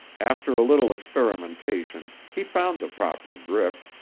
after a little experimentation he found the proper grip,